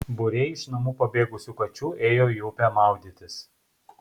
būriai iš namų pabėgusių kačių ėjo į upę maudytis